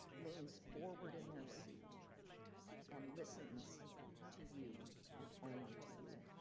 leans forward in their seat and listens to you and only to you.